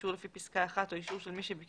אישור לפי פסקה (1) או אישור של מי שביקר